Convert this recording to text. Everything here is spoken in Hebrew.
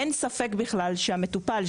אין ספק בכלל שהמטופל,